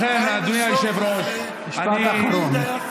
לכן, אדוני היושב-ראש, משפט אחרון.